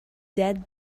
dead